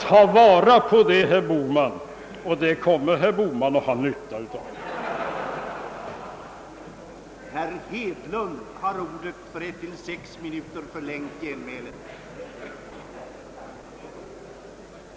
Ta vara på det, ty herr Bohman kommer att ha nytta av det.